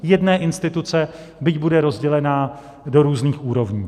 Jedné instituce, byť bude rozdělena do různých úrovní.